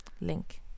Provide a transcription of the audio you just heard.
link